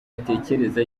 atekereza